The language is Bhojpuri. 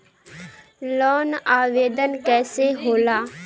लोन आवेदन कैसे होला?